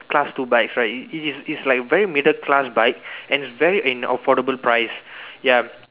class two bikes right it is it is a very middle class bike and it's very in affordable price ya